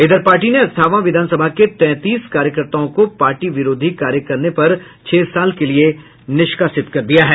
इधर पार्टी ने अस्थावां विधानसभा के तैंतीस कार्यकर्ताओं को पार्टी विरोधी कार्य करने पर छह साल के लिये निष्कासित कर दिया है